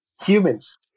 humans